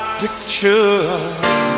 pictures